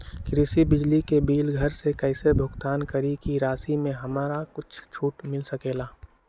कृषि बिजली के बिल घर से कईसे भुगतान करी की राशि मे हमरा कुछ छूट मिल सकेले?